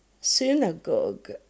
synagogue